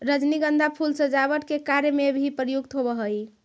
रजनीगंधा फूल सजावट के कार्य में भी प्रयुक्त होवऽ हइ